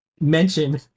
mention